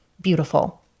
beautiful